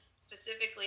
Specifically